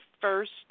first